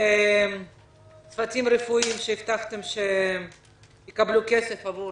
וצוותים רפואיים שהבטחתם שיקבלו כסף עבור